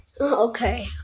Okay